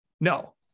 No